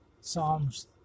Psalms